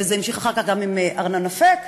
וזה המשיך אחר כך גם עם ארנון אפק,